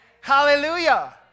hallelujah